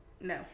No